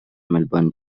melbourne